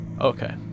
Okay